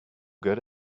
good